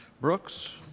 Brooks